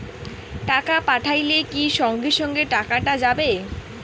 টাকা পাঠাইলে কি সঙ্গে সঙ্গে টাকাটা যাবে?